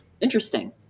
Interesting